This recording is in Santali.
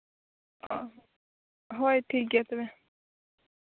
ᱚ ᱦᱳᱭ ᱴᱷᱤᱠ ᱜᱮᱭᱟ ᱛᱚᱵᱮ